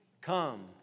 Come